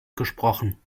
gesprochen